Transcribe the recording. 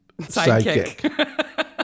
sidekick